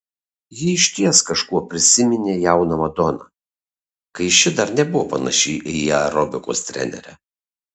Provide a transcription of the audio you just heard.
ji išties kažkuo prisiminė jauną madoną kai ši dar nebuvo panaši į aerobikos trenerę